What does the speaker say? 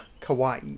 Kauai